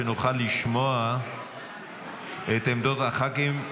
כדי שנוכל לשמוע את עמדות הח"כים,